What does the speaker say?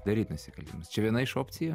daryt nusikaltimus čia viena iš opcijų